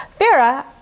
Farah